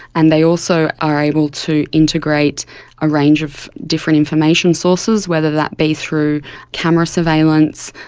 and they also are able to integrate a range of different information sources, whether that be through camera surveillance,